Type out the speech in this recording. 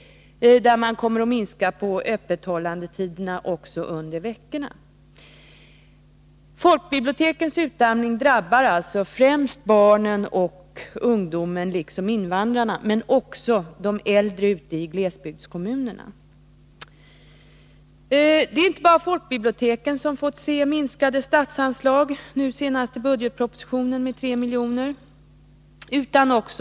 Även öppethållandetiderna under veckorna kommer att bli kortare. Folkbibliotekens utarmning drabbar alltså främst barnen, ungdomen och invandrarna, liksom också de äldre i glesbygdskommunerna. Det är inte bara folkbiblioteken som fått vidkännas en minskning av statsanslagen, i den senaste budgetpropositionen uppgick minskningen till 3 miljarder kronor.